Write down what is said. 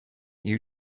you